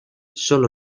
sólo